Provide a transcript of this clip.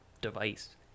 device